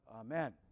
Amen